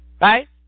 Right